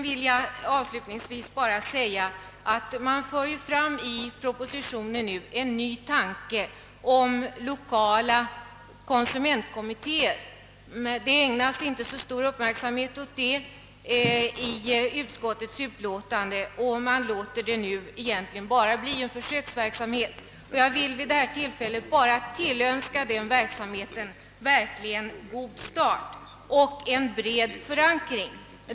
I propositionen för man nu fram en ny tanke om lokala konsumentkommittéer. Det ägnas inte så stor uppmärksamhet däråt i utskottets utlåtande, och man låter det egentligen bara bli en försöksverksamhet. Jag vill vid detta tillfälle önska den verksamheten en god start och en bred förankring.